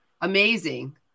amazing